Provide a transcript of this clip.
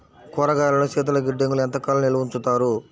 కూరగాయలను శీతలగిడ్డంగిలో ఎంత కాలం నిల్వ ఉంచుతారు?